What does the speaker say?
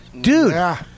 dude